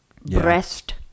breast